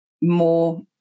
more